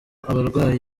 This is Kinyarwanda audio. abarwayi